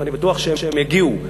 ואני בטוח שהם יגיעו,